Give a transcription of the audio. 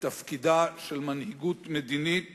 ותפקידה של מנהיגות מדינית